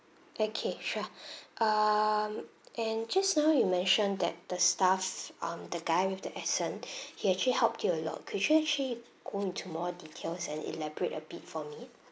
okay sure um and just now you mentioned that the staff um the guy with the accent he actually helped you a lot could you actually go into more details and elaborate a bit for me